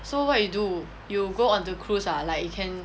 so what you do you go onto cruise ah like you can